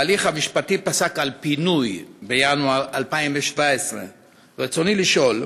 ההליך המשפטי פסק על פינוי בינואר 2017. רצוני לשאול: